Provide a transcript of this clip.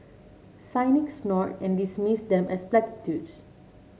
cynic snort and dismiss them as platitudes